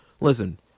listen